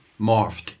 morphed